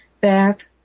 bath